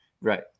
Right